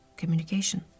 communication